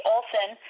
Olson